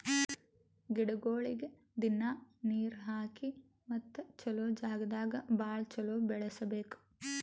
ಗಿಡಗೊಳಿಗ್ ದಿನ್ನಾ ನೀರ್ ಹಾಕಿ ಮತ್ತ ಚಲೋ ಜಾಗ್ ದಾಗ್ ಭಾಳ ಚಲೋ ಬೆಳಸಬೇಕು